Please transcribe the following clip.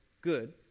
good